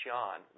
John